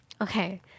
Okay